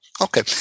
Okay